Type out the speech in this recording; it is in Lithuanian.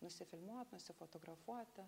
nusifilmuot nusifotografuot